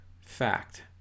fact